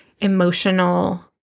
emotional